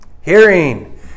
hearing